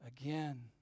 again